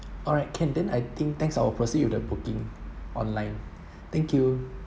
alright can then I think thanks I'll proceed with the booking online thank you